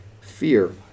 fear